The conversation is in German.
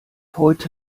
heute